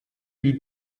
die